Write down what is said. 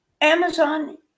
Amazon